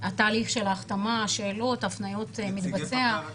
התהליך של ההחתמה, השאלות, הפניות, זה מתבצע.